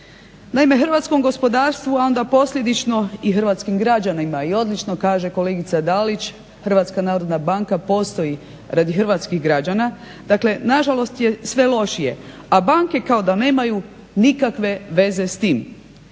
Naime, hrvatskom gospodarstvu, a onda posljedično i hrvatskim građanima, i odlično kaže kolegica Dalić, HNB postoji radi hrvatskih građana, dakle nažalost je sve lošije, a banke kao da nemaju nikakve veze s tim.